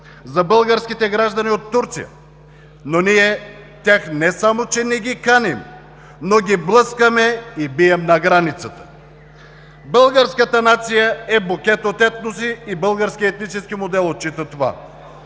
за българските граждани от Турция? Но ние тях не само че не ги каним, но ги блъскаме и бием на границата. Българската нация е букет от етноси и българският етнически модел отчита това.